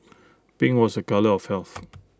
pink was A colour of health